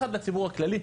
אחד לציבור הכללי,